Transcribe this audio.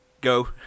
Go